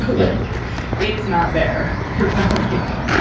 like it's not there, there's no like.